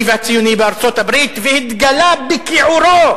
והציוני בארצות-הברית והתגלה בכיעורו,